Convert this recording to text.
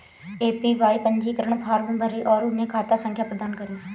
APY पंजीकरण form भरें और उन्हें खाता संख्या प्रदान करें